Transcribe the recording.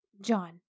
john